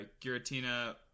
Giratina